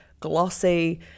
glossy